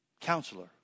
counselor